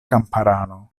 kamparano